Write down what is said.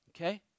Okay